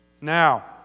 Now